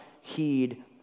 heed